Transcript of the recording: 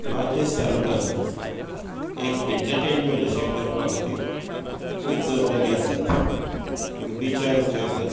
बार्देश तालुकांत एक एन्टर्टेनमॅंट अशें करपा खातीर खूब गजाली आसात बीचार वचूं येता